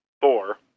Thor